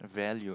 value